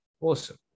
Awesome